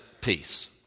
peace